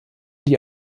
die